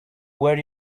were